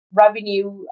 revenue